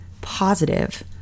positive